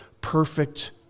perfect